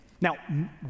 Now